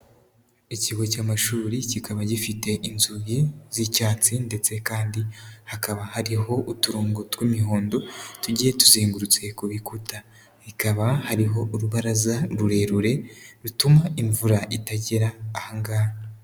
Ikigo cy'amashuri kikaba gifite inzugi z'icyatsi, ndetse kandi hakaba hariho uturongo tw'imihondo tugiye tuzengurutse ku bikuta. Ikaba hariho urubaraza rurerure, rutuma imvura itagera aha ngaha.